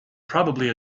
probably